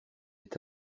est